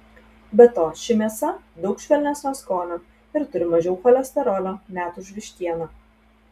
be to ši mėsa daug švelnesnio skonio ir turi mažiau cholesterolio net už vištieną